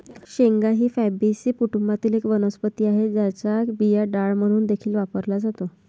शेंगा ही फॅबीसी कुटुंबातील एक वनस्पती आहे, ज्याचा बिया डाळ म्हणून देखील वापरला जातो